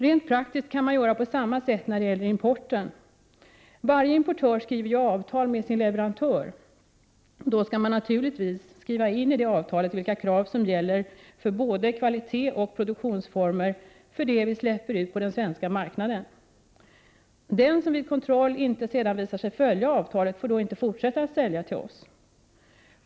Rent praktiskt kan man göra på samma sätt när det gäller importen. Varje importör skriver ju avtal med sin leverantör, och i det avtalet skall man naturligtvis skriva in vilka krav som gäller för både kvalitet och produktionsformer för det som släpps ut på den svenska marknaden. Den som vid kontroll visar sig inte följa avtalet får då inte fortsätta att sälja till oss.